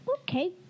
Okay